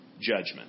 judgment